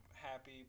happy